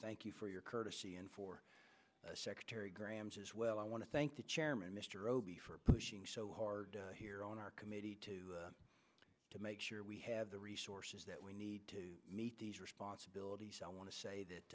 thank you for your courtesy and for secretary graham's as well i want to thank the chairman mr robey for pushing so hard here on our committee to to make sure we have the resources that we need to meet these responsibilities i want to say that